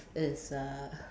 is err